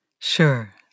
Sure